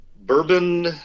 Bourbon